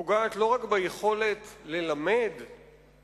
היא פוגעת לא רק ביכולת ללמד בבתי-הספר,